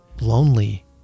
lonely